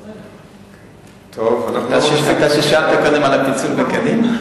אתה ששאלת קודם על הפיצול בקדימה?